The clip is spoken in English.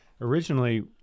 originally